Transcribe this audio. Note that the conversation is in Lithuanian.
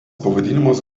pavadinimas